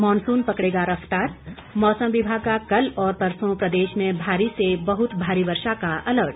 monsoon पकड़ेगा रफ्तार मौसम विभाग का कल और परसो प्रदेश में भारी से बहत भारी वर्षा का अलर्ट